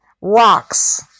rocks